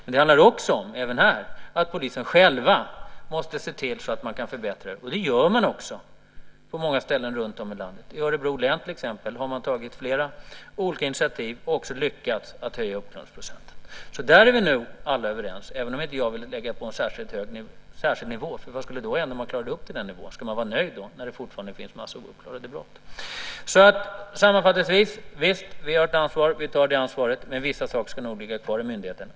Men det handlar även här om att polisen själv måste se till att man kan förbättra det, och det gör man ju också på många ställen runtom i landet. Till exempel i Örebro län har man tagit flera olika initiativ och också lyckats höja uppklaringsprocenten. Vi är nog överens om detta, även om jag vill inte lägga det hela på någon särskild nivå. Vad skulle då hända om man nådde upp till den nivån? Skulle man vara nöjd då, när det fortfarande finns massor av ouppklarade brott? Sammanfattningsvis kan jag säga att visst har vi ett ansvar. Vi tar också det ansvaret, men vissa saker ska nog ligga kvar i myndigheten.